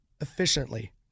efficiently